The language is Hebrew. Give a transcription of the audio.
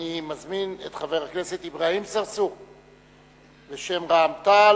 אני מזמין את חבר הכנסת אברהים צרצור בשם רע"ם-תע"ל,